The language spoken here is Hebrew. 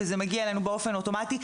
וזה מגיע אלינו באופן אוטומטי,